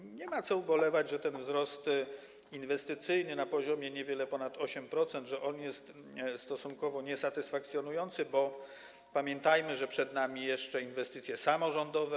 I nie ma co ubolewać, że ten wzrost inwestycyjny na poziomie niewiele ponad 8% jest stosunkowo niesatysfakcjonujący, bo pamiętajmy, że przed nami jeszcze inwestycje samorządowe.